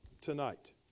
tonight